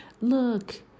look